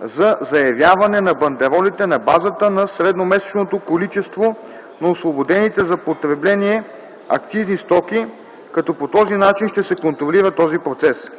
за заявяване на бандеролите на базата на средномесечното количество на освободените за потребление акцизни стоки, като по този начин ще се контролира този процес.